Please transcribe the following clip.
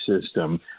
system